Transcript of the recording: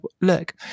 look